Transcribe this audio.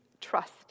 trust